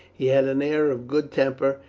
he had an air of good temper,